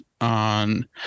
On